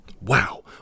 wow